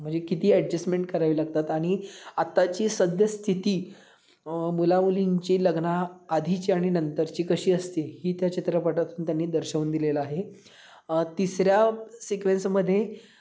म्हणजे किती ॲडजेस्टमेंट करावी लागतात आणि आताची सध्या स्थिती मुलामुलींची लग्नाआधीची आणि नंतरची कशी असते ही त्या चित्रपटातून त्यांनी दर्शवून दिलेलं आहे तिसऱ्या सिक्वेन्समध्ये